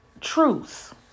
truths